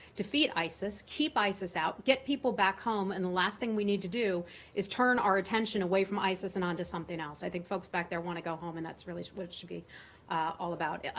defeat isis, keep isis out, get people back home. and the last thing we need to do is turn our attention away from isis and on to something else. i think folks back there want to go home, and that's really what it should be all about.